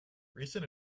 recent